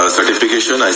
Certification